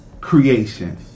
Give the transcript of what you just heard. creation